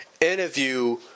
interview